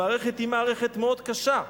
המערכת היא מערכת מאוד קשה,